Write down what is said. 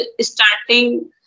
starting